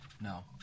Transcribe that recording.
No